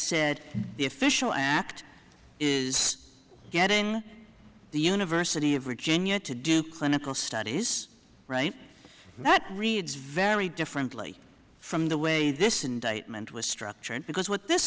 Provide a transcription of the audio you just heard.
said the official act is getting the university of virginia to do clinical studies right that reads very differently from the way this indictment was structured because what this